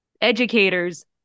Educators